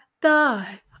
die